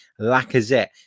Lacazette